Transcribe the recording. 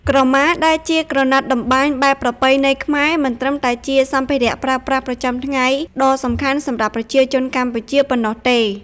ក្រមាដែលជាក្រណាត់តម្បាញបែបប្រពៃណីខ្មែរ មិនត្រឹមតែជាសម្ភារៈប្រើប្រាស់ប្រចាំថ្ងៃដ៏សំខាន់សម្រាប់ប្រជាជនកម្ពុជាប៉ុណ្ណោះទេ។